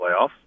playoffs